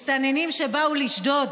מסתננים שבאו לשדוד,